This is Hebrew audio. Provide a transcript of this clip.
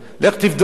לך תבדוק.